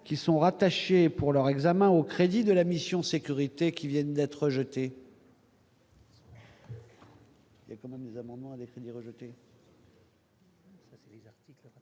qui sont rattachés pour leur examen aux crédits de la mission sécurité qui viennent d'être rejetés.